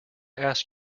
ask